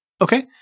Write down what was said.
Okay